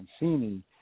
Mancini